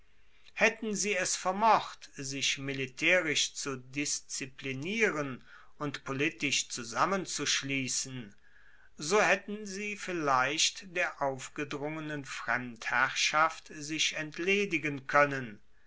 haetten sie es vermocht sich militaerisch zu disziplinieren und politisch zusammenzuschliessen so haetten sie vielleicht der aufgedrungenen fremdherrschaft sich entledigen koennen